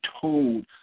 told